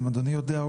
אם אדוני יודע,